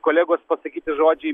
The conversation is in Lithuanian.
kolegos pasakyti žodžiai